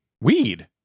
weed